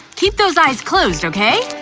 keep those eyes closed, okay?